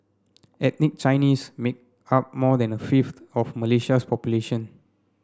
ethnic Chinese make up more than a fifth of Malaysia's population